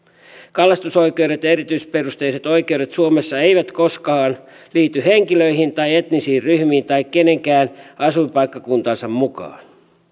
kalastusoikeudet ja erityisperusteiset oikeudet suomessa eivät koskaan liity henkilöihin tai etnisiin ryhmiin tai keneenkään asuinpaikkakunnan mukaan